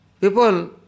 People